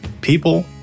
People